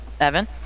Evan